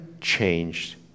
changed